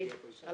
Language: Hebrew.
אני